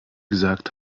gesagt